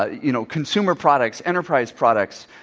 ah you know, consumer products, enterprise products,